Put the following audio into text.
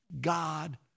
God